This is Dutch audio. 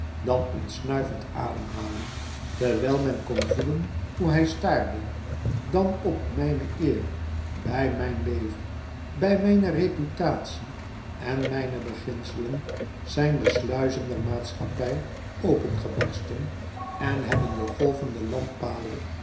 dan een snuivend ademhalen terwijl men kon voelen hoe hij staarde dan op mijne eer bij mijn leven bij mijne reputatie en mijne beginselen zijn de sluizen der maatschappij opengebarsten en hebben de golven de